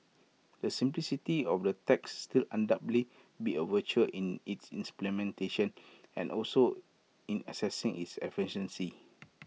the simplicity of the tax will undoubtedly be A virtue in its implementation and also in assessing its efficacy